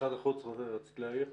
משרד החוץ, רצית להעיר?